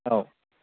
औ